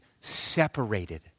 separated